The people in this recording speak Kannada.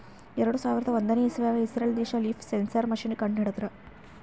ಎರಡು ಸಾವಿರದ್ ಒಂದನೇ ಇಸವ್ಯಾಗ್ ಇಸ್ರೇಲ್ ದೇಶ್ ಲೀಫ್ ಸೆನ್ಸರ್ ಮಷೀನ್ ಕಂಡು ಹಿಡದ್ರ